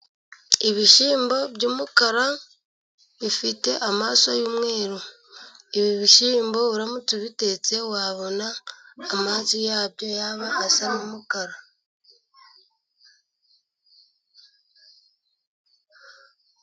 Ibishyimbo by'umukara bifite amaso y'umweru ibi bishyimbo uramutse ubi bitetse wabona amazi yabyo yaba asa n'umukara